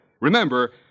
Remember